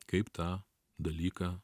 kaip tą dalyką